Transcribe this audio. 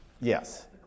Yes